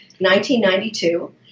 1992